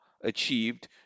achieved